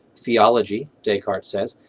theology, descartes says,